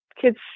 kids